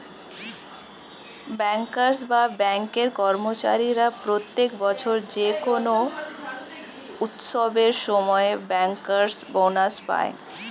bankers বা ব্যাঙ্কের কর্মচারীরা প্রত্যেক বছর যে কোনো উৎসবের সময় ব্যাংকার্স বোনাস পায়